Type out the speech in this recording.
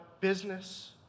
business